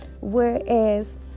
whereas